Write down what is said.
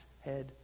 head